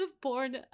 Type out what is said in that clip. born